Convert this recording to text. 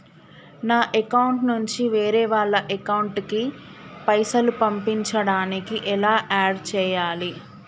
నా అకౌంట్ నుంచి వేరే వాళ్ల అకౌంట్ కి పైసలు పంపించడానికి ఎలా ఆడ్ చేయాలి?